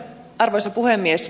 arvoisa puhemies